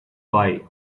why